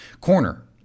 corner